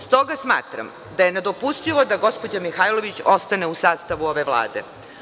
Stoga smatram da je nedopustivo da gospođa Mihajlović ostane u sastavu ove Vlade.